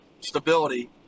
stability